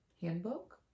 handbook